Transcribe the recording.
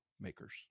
makers